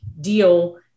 deal